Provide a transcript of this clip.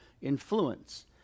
influence